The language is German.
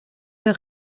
der